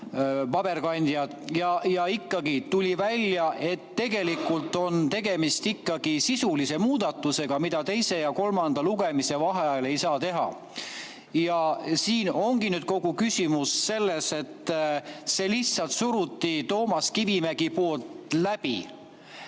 paberkandjad ja tuli välja, et tegelikult on tegemist ikkagi sisulise muudatusega, mida teise ja kolmanda lugemise vaheajal ei saa teha. Ja siin ongi kogu küsimus selles, et see lihtsalt suruti Toomas Kivimägi poolt